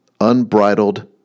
Unbridled